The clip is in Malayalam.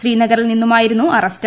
ശ്രീനറിൽ നിന്നുമായിരുന്നു അറസ്റ്റ്